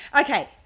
Okay